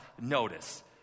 notice